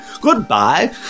Goodbye